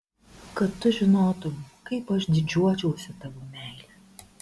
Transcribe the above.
kad tu žinotumei kaip aš didžiuočiausi tavo meile